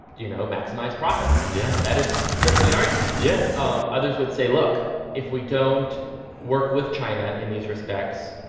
you know, maximize profits yeah that is certainly an argument yeah um others would say, look if we don't work with china in these respects,